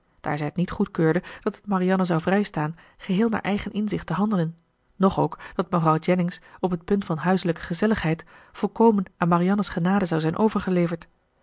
daar zij het niet goedkeurde dat het marianne zou vrijstaan geheel naar eigen inzicht te handelen noch ook dat mevrouw jennings op het punt van huiselijke gezelligheid volkomen aan marianne's genade zou zijn overgeleverd